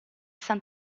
san